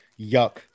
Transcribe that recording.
Yuck